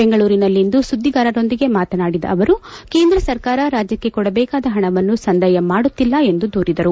ಬೆಂಗಳೂರಿನಲ್ಲಿಂದು ಸುದ್ದಿಗಾರರೊಂದಿಗೆ ಮಾತನಾಡಿದ ಅವರು ಕೇಂದ್ರ ಸರ್ಕಾರ ರಾಜ್ಯಕ್ಕೆ ಕೊಡಬೇಕಾದ ಪಣವನ್ನು ಸಂದಾಯ ಮಾಡುತ್ತಿಲ್ಲ ಎಂದು ದೂರಿದರು